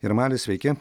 jarmalis sveiki